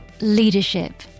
Leadership